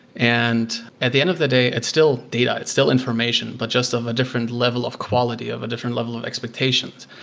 and at the end of the day, it's still data. it's still information, but just of a different level of quality, of a different level of expectations.